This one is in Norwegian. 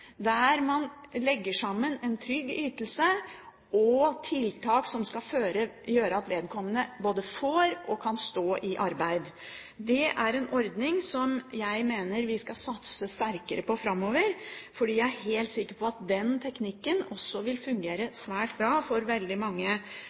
der man legger sammen en trygg ytelse og tiltak som skal gjøre at vedkommende både får og kan stå i arbeid. Det er en ordning som jeg mener vi skal satse sterkere på framover, fordi jeg er helt sikker på at den teknikken også vil fungere